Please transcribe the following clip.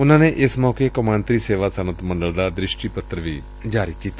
ਉਨੂਾ ਨੇ ਇਸ ਮੌਕੇ ਕੰਮਾਂਤਰੀ ਸੇਵਾ ਸੱਨਅਤ ਮੰਡਲ ਦਾ ਦ੍ਸਿਸਟੀ ਪੱਤਰ ਵੀ ਜਾਰੀ ਕੀਤਾ